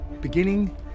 Beginning